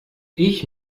ich